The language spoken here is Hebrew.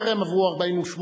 טרם עברו 48 שעות,